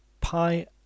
pi